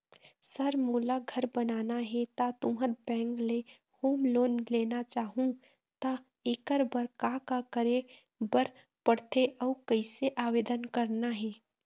Sir मोला घर बनाना हे ता तुंहर बैंक ले होम लोन लेना चाहूँ ता एकर बर का का करे बर पड़थे अउ कइसे आवेदन करना हे?